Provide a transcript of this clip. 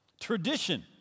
tradition